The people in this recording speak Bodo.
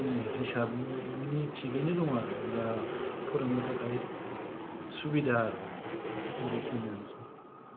हिसाबनि थिगैनो दङ आरो दा फोरोंनो थाखाय सुबिदा आरो बेखिनिआनोसै